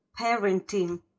parenting